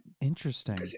Interesting